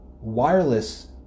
wireless